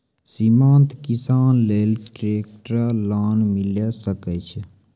सीमांत किसान लेल ट्रेक्टर लोन मिलै सकय छै?